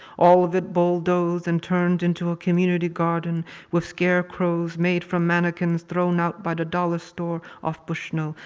all of it bulldozed and turned into a community garden with scarecrows made from mannequins thrown out by the dollar store off bushnell.